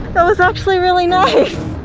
that was actually really nice!